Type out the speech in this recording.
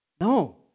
No